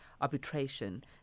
arbitration